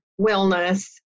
wellness